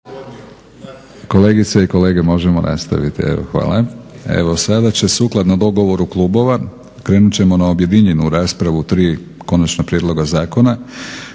Kolegice i kolege, možemo nastaviti? Evo, hvala. Evo sada će sukladno dogovoru klubova krenut ćemo na objedinjenu raspravu tri konačna prijedloga zakona.